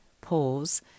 pause